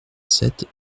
sept